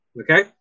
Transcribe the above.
Okay